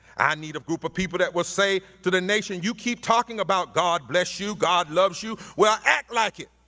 and need a group of people that will say to the nation, you keep talking about god bless you, god loves you, well, act like it